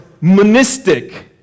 monistic